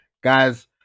guys